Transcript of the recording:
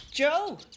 Joe